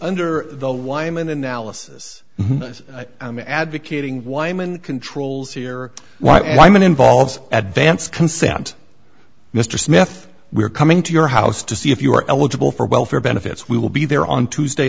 under the lyman analysis i'm advocating weimann controls here i'm an involves at vance consent mr smith we're coming to your house to see if you're eligible for welfare benefits we will be there on tuesday